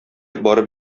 барып